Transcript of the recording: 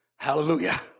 Hallelujah